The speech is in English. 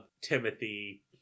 Timothy